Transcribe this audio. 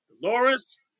Dolores